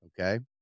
Okay